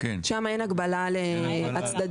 שם אין הגבלה לצדדים.